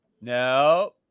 No